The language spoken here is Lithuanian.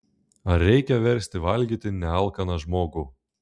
ar reikia versti valgyti nealkaną žmogų